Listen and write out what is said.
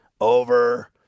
over